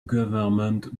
government